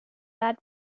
that